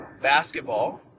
basketball